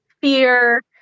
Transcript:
fear